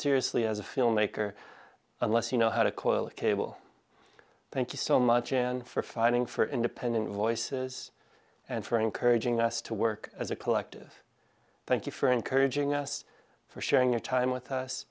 seriously as a filmmaker unless you know how to coil a cable thank you so much and for fighting for independent voices and for encouraging us to work as a collective thank you for encouraging us for sharing your time with us